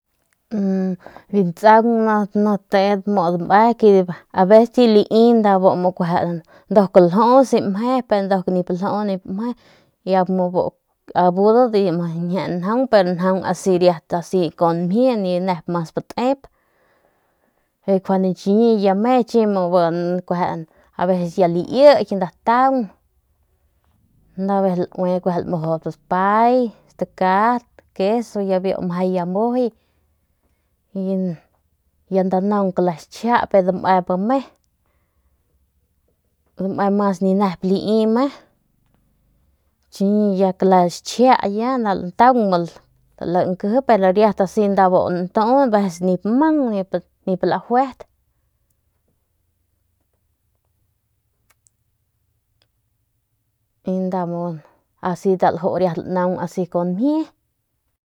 Bi ntsaun ne teedat dame que aveces si lii nau tuu y doc nip mje riat njaun pero njan riat con mjie ni nep mas ne tep pus aveces abugan y chiñi ya mje pik liik ya taun aveces lmujup dpay stakat queso ya mje amujuyi y ya nda naun be xichijia pe dame bu me dame ni ne'mas li me chiñi ya cale xichia nda lantan lankeje pero riat asi nda lantuu aveces nip man nip lajuet y nda asi lju lnan con mjie.